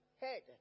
head